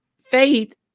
faith